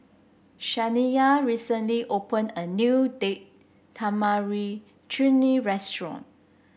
Shaniya recently opened a new Date Tamarind Chutney Restaurant